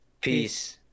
peace